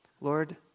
Lord